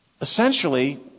essentially